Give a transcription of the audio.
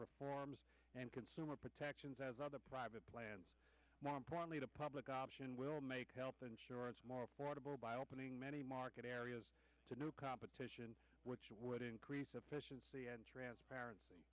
reforms and consumer protections as other private plans more importantly the public option will make health insurance more affordable by opening many market areas to new competition which would increase efficiency and transparency